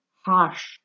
harsh